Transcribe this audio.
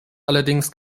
allerdings